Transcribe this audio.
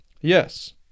Yes